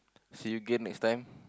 see you again next time